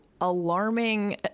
alarming